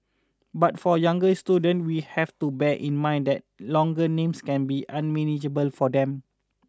but for younger students we have to bear in mind that longer names can be unmanageable for them